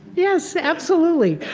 yes, absolutely.